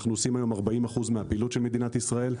אנחנו עושים היום 40% מהפעילות של מדינת ישראל,